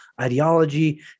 ideology